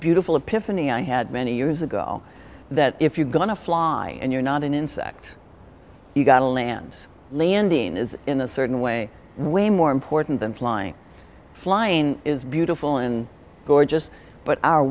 beautiful a peson i had many years ago that if you're going to fly and you're not an insect you gotta land landing is in a certain way way more important than flying flying is beautiful and gorgeous but our